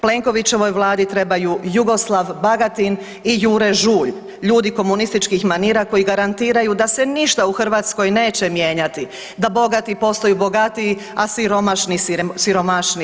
Plenkovićevoj Vladi trebaju Jugoslav Bagatin i Jure Žulj, ljudi komunističkih manira koji garantiraju da se ništa u Hrvatskoj neće mijenjati, da bogati postaju bogatiji, a siromašni siromašniji.